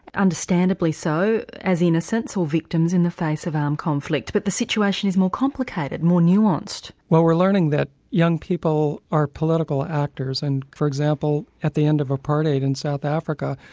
understandably so, as innocents or victims in the face of armed conflict. but the situation is more complicated, more nuanced. well we're learning that young people are political actors and for example, at the end of apartheid in south africa,